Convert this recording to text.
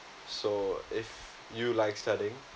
so if you like studying